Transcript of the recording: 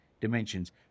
dimensions